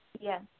Yes